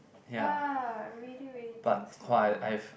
ya I really really think so